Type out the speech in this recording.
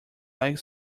like